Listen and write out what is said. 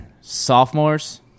sophomores